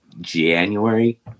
january